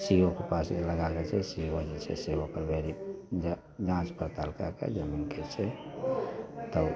C O के पासमे लगाबै छै सी ओ जे छै से जाँच पड़ताल कै के जे छै तब